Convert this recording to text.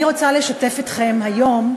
אני רוצה לשתף אתכם היום,